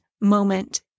moment